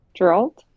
Geralt